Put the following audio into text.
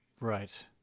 right